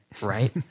Right